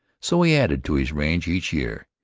so he added to his range each year.